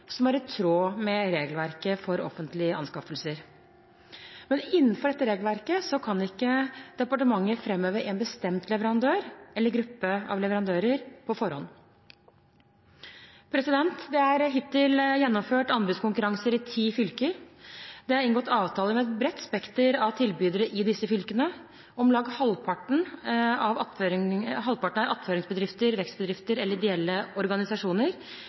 som er i tråd med regelverket for offentlige anskaffelser. Innenfor dette regelverket kan ikke departementet framheve en bestemt leverandør eller gruppe av leverandører på forhånd. Det er hittil gjennomført anbudskonkurranser i ti fylker. Det er inngått avtaler med et bredt spekter av tilbydere i disse fylkene. Om lag halvparten er attføringsbedrifter, vekstbedrifter eller ideelle organisasjoner.